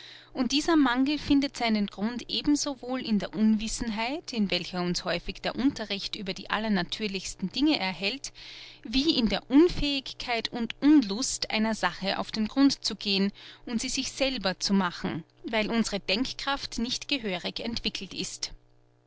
und dieser mangel findet seinen grund eben so wohl in der unwissenheit in welcher uns häufig der unterricht über die allernatürlichsten dinge erhält wie in der unfähigkeit und unlust einer sache auf den grund zu gehen und sie sich selber zu machen weil unsere denkkraft nicht gehörig entwickelt ist